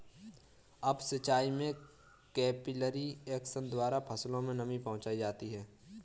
up सिचाई में capillary action द्वारा फसलों में नमी पहुंचाई जाती है